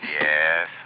Yes